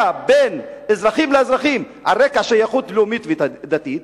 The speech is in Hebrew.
בין אזרחים לאזרחים על רקע שייכות לאומית ודתית?